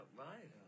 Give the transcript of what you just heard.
right